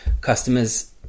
customers